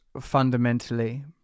fundamentally